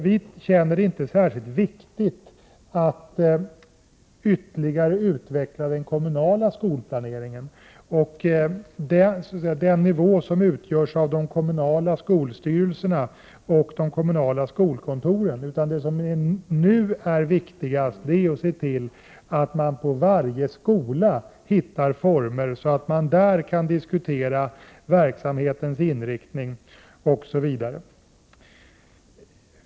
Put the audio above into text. Vi känner det inte särskilt viktigt att ytterligare utveckla den kommunala skolplaneringen och den nivå som utgörs av de kommunala skolstyrelserna och de kommunala skolkontoren, utan det som nu är viktigast är att se till att man på varje skola hittar former så att man där kan diskutera verksamhetens inriktning osv.